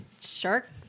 shark